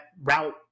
route